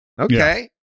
okay